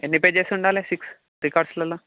ఎన్నిపేజెస్ ఉండాలి సిక్స్ రికార్డ్స్లలో